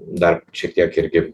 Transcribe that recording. dar šiek tiek irgi